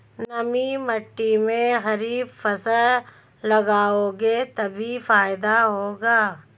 नमी मिट्टी में खरीफ फसल लगाओगे तभी फायदा होगा